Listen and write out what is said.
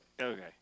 Okay